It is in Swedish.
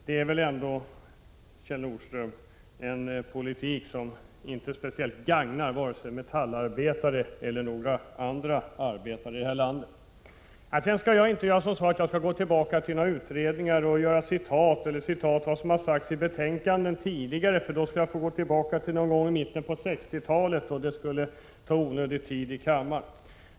Det är väl, Kjell Nordström, en politik som inte speciellt gagnar vare sig metallarbetare eller några andra arbetare i vårt land. Jag skall vidare inte anföra några citat ur gamla utredningar — jag skulle i så fall tvingas gå tillbaka till mitten av 60-talet, och det skulle ta onödigt lång tid i anspråk.